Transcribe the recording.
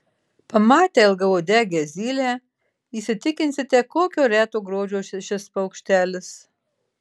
pamatę ilgauodegę zylę įsitikinsite kokio reto grožio šis paukštelis